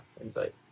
insight